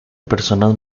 personas